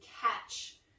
catch